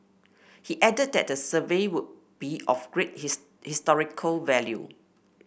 he added that the survey would be of great historical value